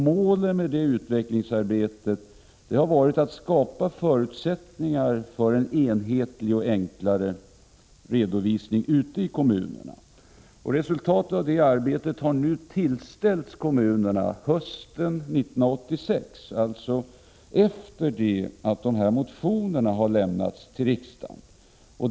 Målet för det utvecklingsarbetet har varit att skapa förutsättningar för en enhetlig och enklare redovisning ute i kommunerna. Resultatet av arbetet tillställdes kommunerna nu i höst, alltså efter det att motionerna lämnats till riksdagen.